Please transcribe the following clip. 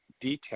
detail